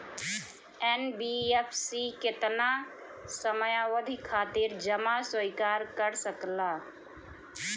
NBFC केतना समयावधि खातिर जमा स्वीकार कर सकला?